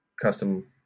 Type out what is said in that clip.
custom